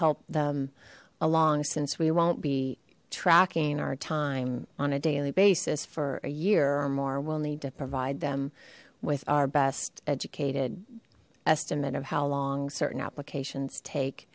help them along since we won't be tracking our time on a daily basis for a year or more we'll need to provide them with our best educated estimate of how long certain applications